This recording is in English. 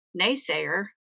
naysayer